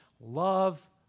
love